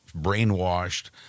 brainwashed